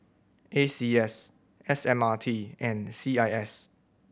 A C S S M R T and C I S